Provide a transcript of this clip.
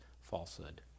falsehood